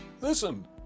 Listen